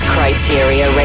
Criteria